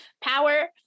Power